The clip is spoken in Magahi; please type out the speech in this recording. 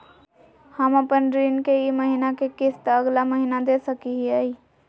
हम अपन ऋण के ई महीना के किस्त अगला महीना दे सकी हियई?